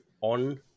on